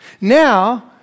Now